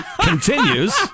continues